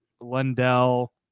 Lundell